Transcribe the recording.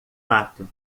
mato